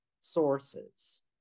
sources